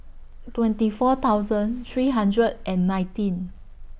twenty four thousand three hundred and nineteen